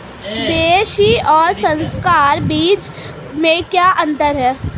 देशी और संकर बीज में क्या अंतर है?